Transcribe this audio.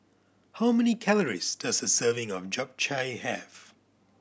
how many calories does a serving of Japchae have